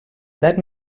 edat